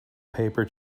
paper